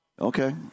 Okay